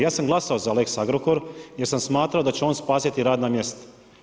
Ja sam glasao za lex-Agrokor jer sam smatrao da će on spasiti radna mjesta.